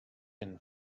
and